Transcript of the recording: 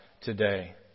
today